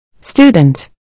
Student